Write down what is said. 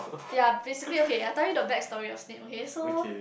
ya basically okay I tell you the back story of Snape okay so